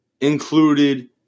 included